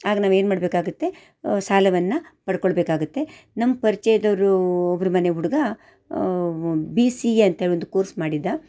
ಆಗ ನಾವು ಏನು ಮಾಡಬೇಕಾಗುತ್ತೆ ಸಾಲವನ್ನು ಪಡ್ಕೊಳ್ಬೇಕಾಗುತ್ತೆ ನಮ್ಮ ಪರಿಚಯದವರು ಒಬ್ಬರು ಮನೆ ಹುಡುಗ ಬಿ ಸಿ ಎ ಅಂಥೇಳಿ ಒಂದು ಕೋರ್ಸ್ ಮಾಡಿದ್ದ